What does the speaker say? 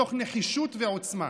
מתוך נחישות ועוצמה.